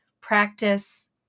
practice